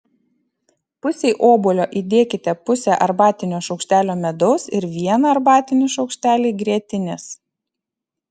pusei obuolio įdėkite pusę arbatinio šaukštelio medaus ir vieną arbatinį šaukštelį grietinės